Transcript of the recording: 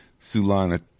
Sulana